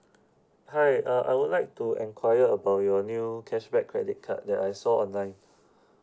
hi uh I would like to enquire about your new cashback credit card that I saw online